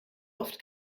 oft